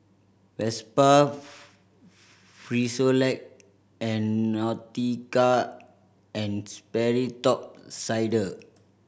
Vespa Frisolac and Nautica and Sperry Top Sider